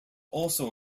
also